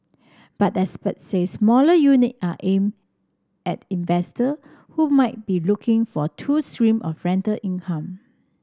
but experts says smaller unit are aimed at investor who might be looking for two stream of rental income